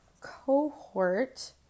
cohort